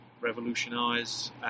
revolutionise